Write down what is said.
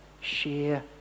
share